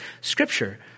scripture